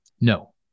No